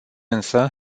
însă